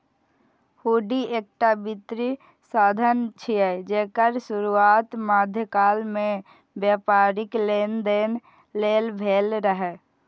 हुंडी एकटा वित्तीय साधन छियै, जेकर शुरुआत मध्यकाल मे व्यापारिक लेनदेन लेल भेल रहै